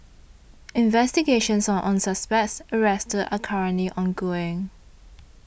investigations on all suspects arrested are currently ongoing